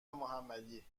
محمدی